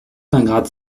ingrate